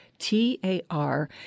T-A-R